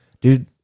dude